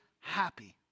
happy